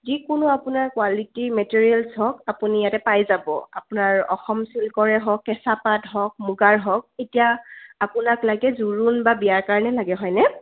যিকোনো আপোনাৰ কোৱালিটীৰ মেটেৰিয়েলছ হওক আপুনি ইয়াতে পাই যাব আপোনাৰ অসম চিল্কৰে হওক কেঁচা পাত হওক মুগাৰ হওক এতিয়া আপোনাক লাগে জোৰোণ বা বিয়াৰ কাৰণে লাগে হয়নে